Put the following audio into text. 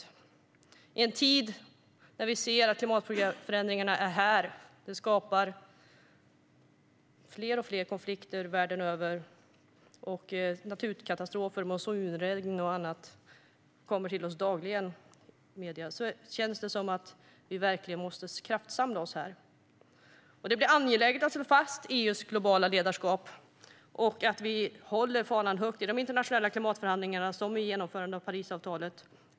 Det är en tid när vi ser att klimatförändringarna är här. De skapar fler och fler konflikter världen över. Det kommer dagligen uppgifter i medierna om naturkatastrofer, monsunregn och annat. Då känns det som att vi verkligen måste kraftsamla. Det blir angeläget att slå fast EU:s globala ledarskap och att hålla fanan högt i de internationella klimatförhandlingarna, som i genomförandet av Parisavtalet.